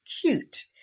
cute